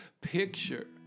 picture